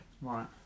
Right